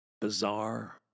bizarre